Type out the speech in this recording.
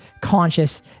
conscious